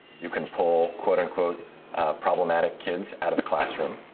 you can pull quote, unquote problematic kids out of the classroom.